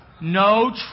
no